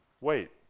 Wait